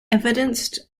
evidenced